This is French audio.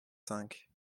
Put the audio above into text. cinq